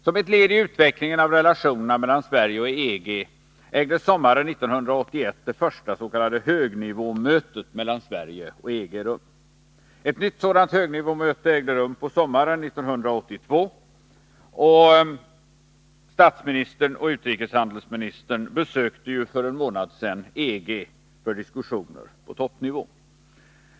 Som ett led i utvecklingen av relationerna mellan Sverige och EG ägde sommaren 1981 det första s.k. högnivåmötet mellan Sverige och EG rum. Ett nytt sådant högnivåmöte ägde rum på sommaren 1982, och statsministern och utrikeshandelsministern besökte för en månad sedan EG för diskussioner på toppnivå.